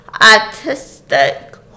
artistic